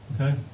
Okay